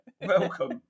Welcome